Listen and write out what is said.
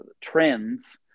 trends